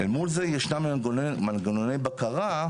מול זה ישנם מנגנוני בקרה,